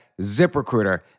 ZipRecruiter